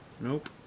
Nope